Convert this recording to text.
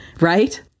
right